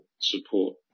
support